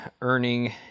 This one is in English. earning